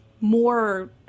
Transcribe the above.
more